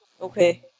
Okay